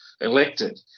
elected